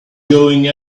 going